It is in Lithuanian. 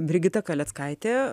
brigita kaleckaitė